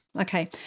Okay